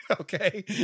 Okay